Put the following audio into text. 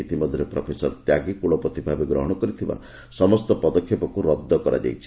ଇତିମଧ୍ୟରେ ପ୍ରଫେସର ତ୍ୟାଗୀ କୁଳପତି ଭାବେ ଗ୍ରହଣ କରିଥିବା ସମସ୍ତ ପଦକ୍ଷେପକୁ ରଦ୍ଦ କରାଯାଇଛି